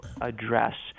address